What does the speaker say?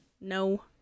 No